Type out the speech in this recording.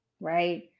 right